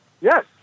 Yes